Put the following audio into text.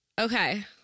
Okay